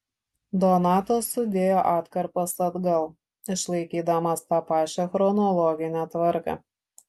donatas sudėjo atkarpas atgal išlaikydamas tą pačią chronologinę tvarką